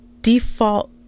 default